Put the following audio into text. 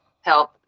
help